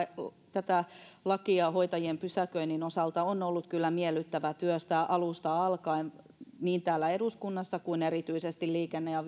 tätä lakia hoitajien pysäköinnin osalta on ollut kyllä miellyttävää työstää alusta alkaen niin täällä eduskunnassa kuin erityisesti liikenne ja